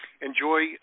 Enjoy